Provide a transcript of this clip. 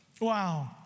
Wow